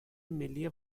ملی